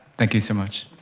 thank you so much.